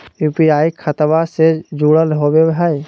UPI खतबा से जुरल होवे हय?